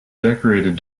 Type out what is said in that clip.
decorated